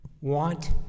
Want